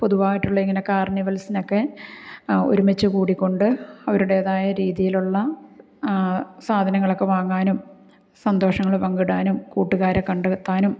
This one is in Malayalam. പൊതുവായിട്ടുള്ള ഇങ്ങനെ കാര്ണിവല്സിനൊക്കെ ഒരുമിച്ചു കൂടിക്കൊണ്ട് അവരുടേതായ രീതിയിലുള്ള സാധനങ്ങളൊക്കെ വാങ്ങാനും സന്തോഷങ്ങൾ പങ്കിടാനും കൂട്ടുകാരെ കണ്ട് എത്താനും